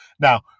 Now